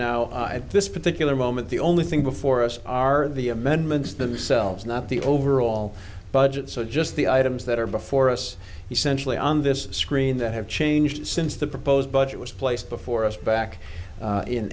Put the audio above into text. now at this particular moment the only thing before us are the amendments themselves not the overall budget so just the items that are before us essentially on this screen that have changed since the proposed budget was placed before us back